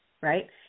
right